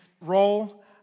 role